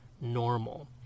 normal